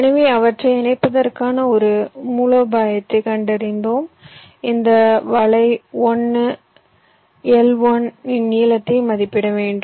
எனவே அவற்றை இணைப்பதற்கான ஒரு மூலோபாயத்தை கண்டறிந்ததும் இந்த வலை 1 L1 இன் நீளத்தை மதிப்பிட வேண்டும்